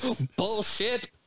bullshit